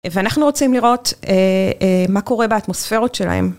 ואנחנו רוצים לראות אהה... מה קורה באטמוספרות שלהם.